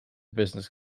business